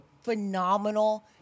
phenomenal